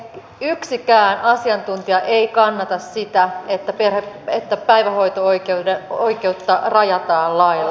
yksikään asiantuntija ei kannata sitä että päivähoito oikeutta rajataan lailla